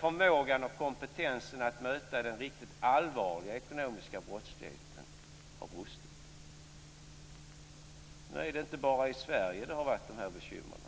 förmågan och kompetensen att möta den riktigt allvarliga ekonomiska brottsligheten har brustit. Nu är det inte bara i Sverige som det har varit dessa bekymmer.